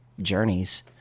journeys